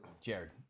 Jared